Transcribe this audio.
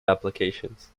applications